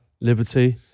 Liberty